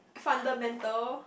fundamental